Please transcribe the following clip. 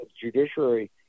judiciary